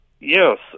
Yes